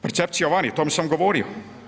Percepcija vani, o tome sam govorio.